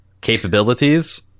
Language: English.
capabilities